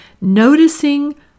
Noticing